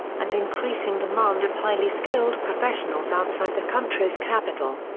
and increasing demand of highly skilled professionals outside the country's capital.